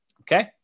Okay